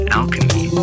alchemy